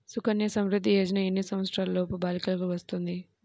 సుకన్య సంవృధ్ది యోజన ఎన్ని సంవత్సరంలోపు బాలికలకు వస్తుంది?